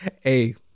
Hey